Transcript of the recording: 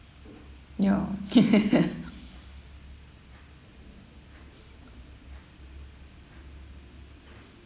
ya